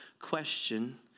Question